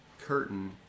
curtain